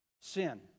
sin